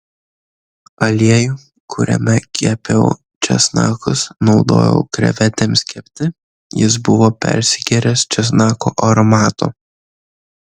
aliejų kuriame kepiau česnakus naudojau krevetėms kepti jis buvo persigėręs česnako aromato